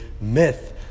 myth